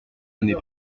années